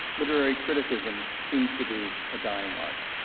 literary criticism seems to be a dying art.